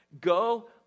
go